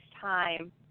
time